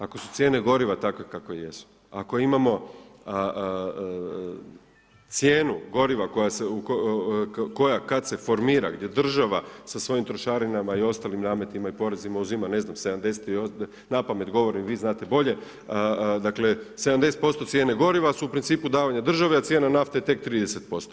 Ako su cijene goriva takve kakve jesu, ako imamo cijenu goriva koja kad se formira gdje država sa svojim trošarinama i ostalim nametima i porezima uzima ne znam, 70, napamet govorim, vi znate bolje, dakle 70% cijene goriva, su u principu davanja državi, a cijena nafte je tek 30%